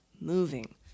moving